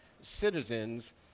citizens